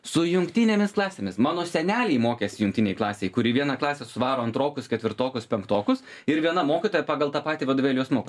su jungtinėmis klasėmis mano seneliai mokėsi jungtinėj klasėj kur į vieną klasę suvaro antrokus ketvirtokus penktokus ir viena mokytoja pagal tą patį vadovėlį juos mok